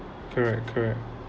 correct correct